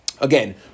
again